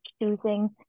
choosing